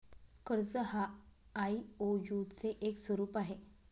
कर्ज हा आई.ओ.यु चे एक स्वरूप आहे